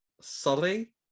Sully